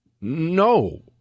no